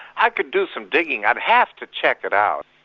i could do some digging i'd have to check it out.